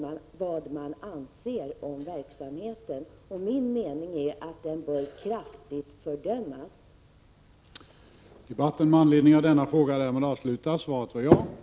Om inte, vilka åtgärder är regeringen beredd att vidta för att stoppa nedläggningarna och återskapa den service lokalt som, i exemplet med Virserum, håller på att raseras i glesbygden?